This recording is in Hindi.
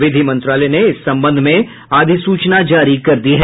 विधि मन्त्रालय ने इस सम्बंध में अधिसूचना जारी कर दी है